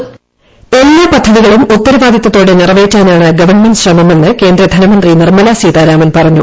voice എല്ലാ പദ്ധതികളും ഉത്തരവാദിത്തതോടെ നിറവേറ്റാനാണ് ഗവൺമെന്റ് ശ്രമമെന്ന് കേന്ദ്രധനമന്ത്രി നിർമലാ സീതാരാമൻ പറഞ്ഞു